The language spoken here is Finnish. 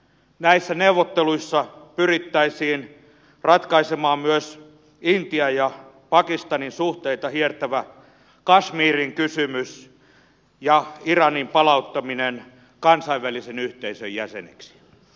näissä neuvotteluissa pyrittäisiin ratkaisemaan myös intian ja pakistanin suhteita hiertävä kasmirin kysymys ja iranin palauttaminen kansainvälisen yhteisön jäseneksi